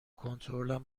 کنترلم